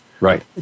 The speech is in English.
Right